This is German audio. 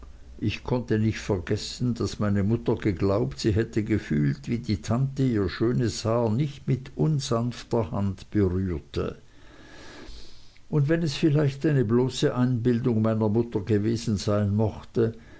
ich konnte nicht vergessen daß meine mutter geglaubt sie hätte gefühlt wie die tante ihr schönes haar nicht mit unsanfter hand berührte und wenn es vielleicht eine bloße einbildung meiner mutter gewesen sein mochte